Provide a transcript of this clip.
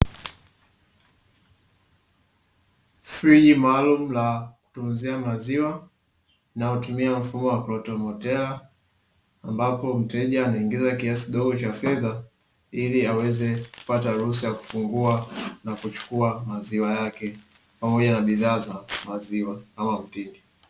Friji maalumu la kutunzia maziwa linalo tumia mfumo wa kiatomotela, ambapo mteja anaingiza kiasi kidogo cha fedha, ili aweze kupata ruhusa ya kufungua na kuchukua maziwa yake pamoja na bidhaa za maziwa.